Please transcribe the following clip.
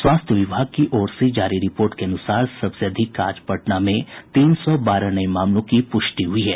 स्वास्थ्य विभाग की ओर से जारी रिपोर्ट के अनुसार सबसे अधिक आज पटना में तीन सौ बारह नये मामलों की पुष्टि हुई है